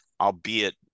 albeit